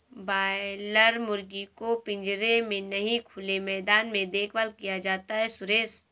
boiler मुर्गी को पिंजरे में नहीं खुले मैदान में देखभाल किया जाता है सुरेश